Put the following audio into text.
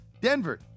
Denver